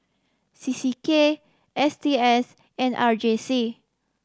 C C K S T S and R J C